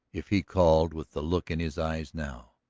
if he called with the look in his eyes now,